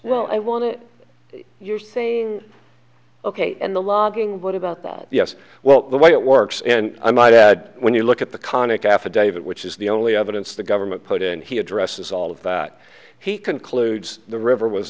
well i want to your thing ok and the law being what about bob yes well the way it works and i might add when you look at the conic affidavit which is the only evidence the government put in he addresses all of that he concludes the river was